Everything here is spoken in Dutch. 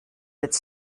het